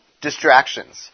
Distractions